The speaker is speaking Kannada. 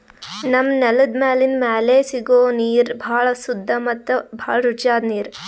ನಮ್ಮ್ ನೆಲದ್ ಮ್ಯಾಲಿಂದ್ ಮ್ಯಾಲೆ ಸಿಗೋ ನೀರ್ ಭಾಳ್ ಸುದ್ದ ಮತ್ತ್ ಭಾಳ್ ರುಚಿಯಾದ್ ನೀರ್